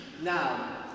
Now